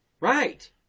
Right